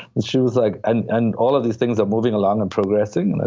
and she was like, and and all of these things are moving along and progressing?